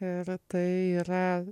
ir tai yra